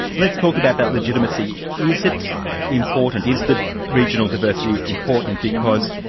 let's talk about that legitimacy. is it important, is the regional diversity important because